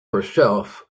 herself